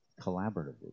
collaboratively